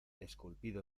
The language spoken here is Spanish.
esculpido